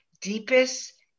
deepest